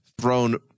thrown